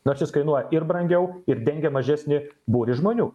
nors jis kainuoja ir brangiau ir dengia mažesnį būrį žmonių